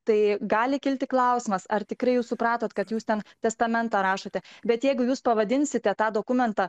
tai gali kilti klausimas ar tikrai jūs supratote kad jūs ten testamentą rašote bet jeigu jūs pavadinsite tą dokumentą